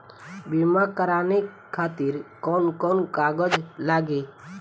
बीमा कराने खातिर कौन कौन कागज लागी?